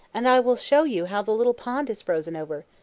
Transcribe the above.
and i will show you how the little pond is frozen over.